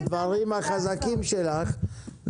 הדברים החזקים שלך,